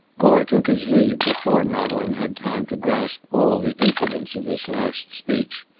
gore took his leave before madeleine had time to grasp all the impudence of this last speech.